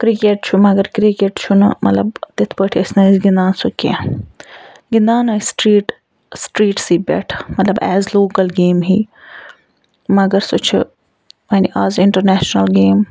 cricket چھُ مگر cricket چھُنہٕ مَطلَب تِتھ پٲٹھۍ ٲسۍ نہٕ سُہ أسۍ گِندان کینٛہہ گِندان ٲسۍ سِٹرٛیٖٹ سِٹرٛیٖٹسٕے پٮ۪ٹھ مَطلَب ایز لوکَل گیم ہی مگر سۄ چھِ وۄنۍ آز اِنٹرنیشنَل گیم